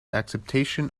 acceptation